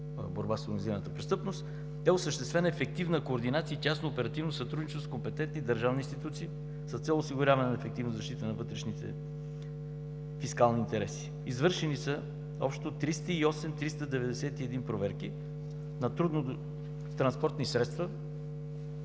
„Борба с организираната престъпност“ е осъществена ефективна координация и тясно оперативно сътрудничество с компетентни държавни институции с цел осигуряване на ефективна защита на вътрешните фискални интереси. Извършени са общо 308 – 391 проверки на транспортни средства